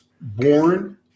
born